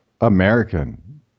american